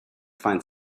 find